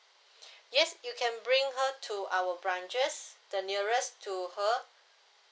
yes you can bring her to our branches the nearest to her